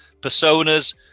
personas